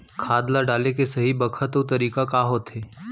खाद ल डाले के सही बखत अऊ तरीका का होथे?